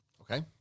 Okay